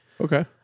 Okay